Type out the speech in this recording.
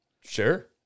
Sure